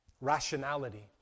rationality